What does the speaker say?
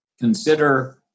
Consider